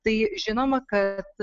tai žinoma kad